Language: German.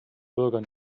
bürgern